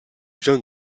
jean